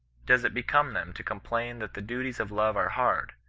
does it become them to complain that the duties of love are hard,